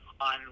on